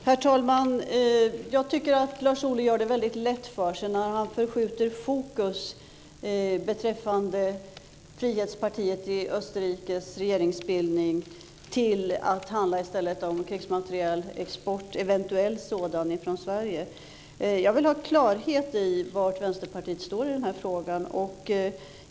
Herr talman! Jag tycker att Lars Ohly gör det väldigt lätt för sig när han förskjuter fokus beträffande Frihetspartiet i Österrikes regeringsbildning så att det i stället handlar om krigsmaterielexport, eventuell sådan, från Sverige. Jag vill ha klarhet i var Vänsterpartiet står i den här frågan.